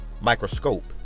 microscope